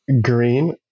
green